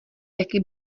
jaký